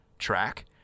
track